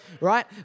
Right